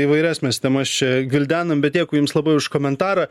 įvairias mes temas čia gvildenam bet dėkui jums labai už komentarą